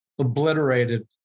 obliterated